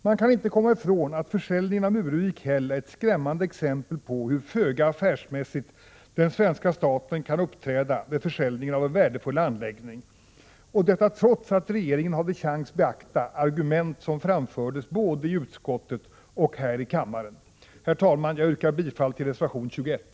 Man kan inte komma ifrån, att försäljningen av Muruvik/Hell är ett skrämmande exempel på hur föga affärsmässigt den svenska staten kan uppträda vid försäljningen av en värdefull anläggning, och detta trots att regeringen hade chans att beakta de argument som framförts både i utskottet och här i kammaren. Herr talman! Jag yrkar bifall till reservation 21.